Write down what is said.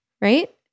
right